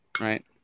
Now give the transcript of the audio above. right